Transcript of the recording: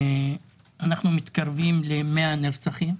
אנחנו מתקרבים ל-100 נרצחים.